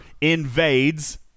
invades